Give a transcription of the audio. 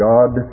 God